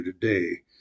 today